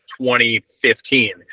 2015